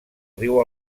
riu